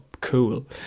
Cool